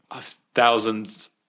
thousands